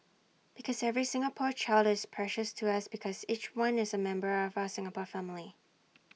because every Singapore child is precious to us because each one is A member of our Singapore family